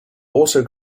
also